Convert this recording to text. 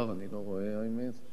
אני לא רואה, האמת.